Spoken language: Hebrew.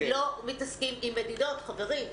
לא מתעסקים עם מדידות, חברים.